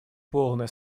полное